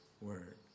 Word